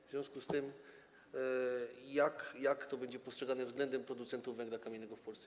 W związku z tym jak to będzie postrzegane względem producentów węgla kamiennego w Polsce?